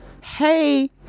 hey